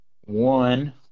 One